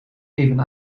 even